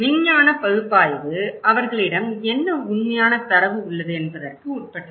விஞ்ஞான பகுப்பாய்வு அவர்களிடம் என்ன உண்மையான தரவு உள்ளது என்பதற்கு உட்பட்டது